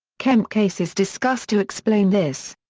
kemp case is discussed to explain this.